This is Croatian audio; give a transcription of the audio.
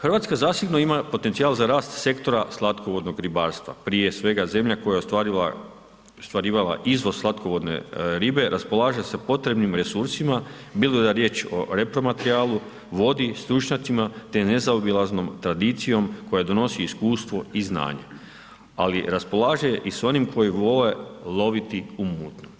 Hrvatska zasigurno ima potencijal za rast sektora slatkovodnog ribarstva, prije svega zemlja koja je ostvarivala izvoz slatkovodne ribe raspolaže sa potrebnim resursima bilo da je riječ o repromaterijalu, vodi, stručnjacima te nazaobilaznom tradicijom koja donosi iskustvo i znanje ali raspolaže i sa onim koji vole loviti u mutnom.